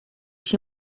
się